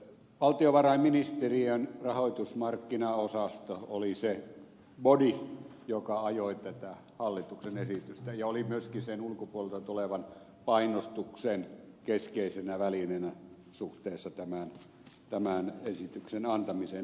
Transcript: valtiovarainministeriön rahoitusmarkkinaosasto oli se body joka ajoi tätä hallituksen esitystä ja oli myöskin sen ulkopuolelta tulevan painostuksen keskeisenä välineenä suhteessa tämän esityksen antamiseen eduskunnalle